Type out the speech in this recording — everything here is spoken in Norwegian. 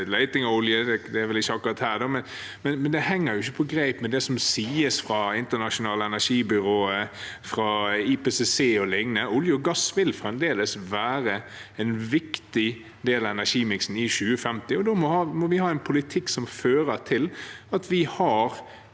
– henger ikke på greip med det som sies fra Det internasjonale energibyrået, fra IPCC og lignende. Olje og gass vil fremdeles være en viktig del av energimiksen i 2050, og da må vi ha en politikk som fører til at vi har